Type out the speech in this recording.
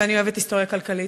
ואני אוהבת היסטוריה כלכלית,